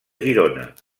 girona